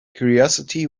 curiosity